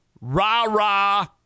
rah-rah